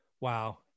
Wow